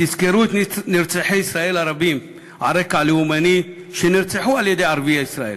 תזכרו את נרצחי ישראל הרבים על רקע לאומני שנרצחו על-ידי ערביי ישראל.